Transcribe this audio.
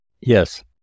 Yes